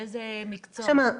באיזה מקצועות?